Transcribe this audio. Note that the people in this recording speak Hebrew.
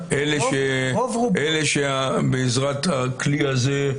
אלה שבעזרת הכלי הזה,